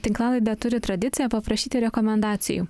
tinklalaidė turi tradiciją paprašyti rekomendacijų